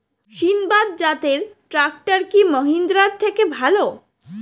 সিণবাদ জাতের ট্রাকটার কি মহিন্দ্রার থেকে ভালো?